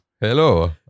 Hello